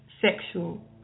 sexual